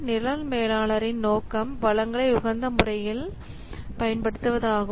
நிரல் மேலாளரின் நோக்கம் வளங்களை உகந்த முறையில் பயன்படுத்துவதாகும்